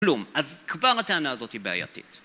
כלום. אז כבר הטענה הזאת היא בעייתית.